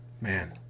Man